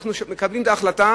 אנחנו מקבלים את ההחלטה